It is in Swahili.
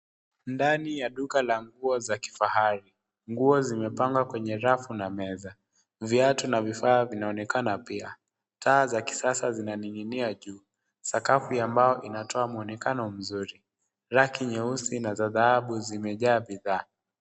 Ndani ya duka la nguo za kifahari. Nguo zimepangwa kwenye rafu na meza. Viatu na vifaa vinaonekana pia. Taa za kisasa zinaning'inia juu. Sakafu ya mbao inatoa mwonekano mzuri. Reki nyeusi na za dhahabu zimejaa bidhaa.